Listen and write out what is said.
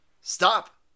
Stop